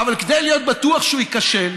אבל כדי להיות בטוח שהוא ייכשל,